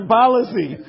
policy